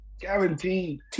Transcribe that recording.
Guaranteed